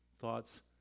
thoughts